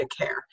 care